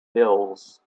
pills